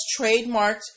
trademarked